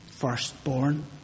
firstborn